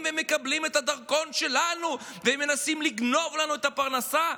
ומקבלים את הדרכון שלנו והם מנסים לגנוב לנו את הפרנסה?